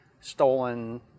stolen